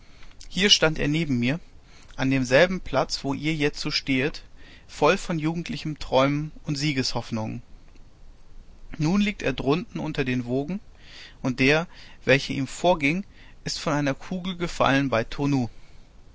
hier stand er neben mir an demselben platz wo ihr jetzo stehet voll von jugendlichen träumen und siegeshoffnungen nun liegt er drunten unter den wogen und der welcher ihm vorging ist von einer kugel gefallen